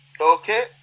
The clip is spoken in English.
Okay